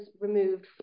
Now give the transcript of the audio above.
removed